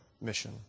mission